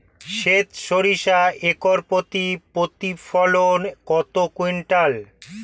সেত সরিষা একর প্রতি প্রতিফলন কত কুইন্টাল?